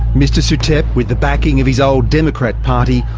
mr suthep, with the backing of his old democrat party,